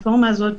הרפורמה הזאת